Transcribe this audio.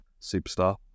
Superstar